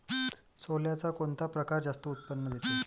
सोल्याचा कोनता परकार जास्त उत्पन्न देते?